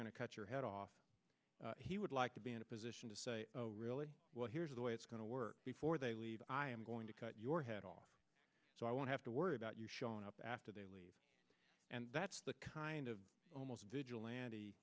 going to cut your head off he would like to be in a position to say well here's the way it's going to work before they leave i am going to cut your head off so i won't have to worry about you showing up after they leave and that's the kind of almost vigilante